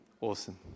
awesome